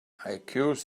accuse